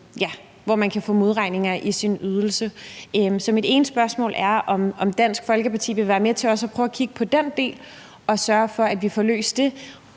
hvor man kan få modregning i sin ydelse. Så mit ene spørgsmål er, om Dansk Folkeparti vil være med til også at prøve at kigge på den del og sørge for, at vi får løst det.